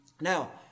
Now